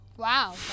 wow